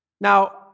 Now